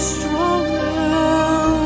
stronger